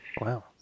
Wow